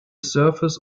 surface